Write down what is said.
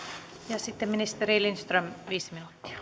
ja sitten ministeri lindström viisi minuuttia